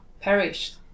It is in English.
perished